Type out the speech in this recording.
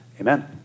Amen